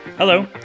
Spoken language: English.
Hello